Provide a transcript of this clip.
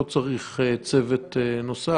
לא צריך צוות נוסף.